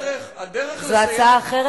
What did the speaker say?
זו הצעה אחרת,